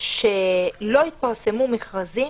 שלא התפרסמו מכרזים